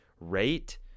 Rate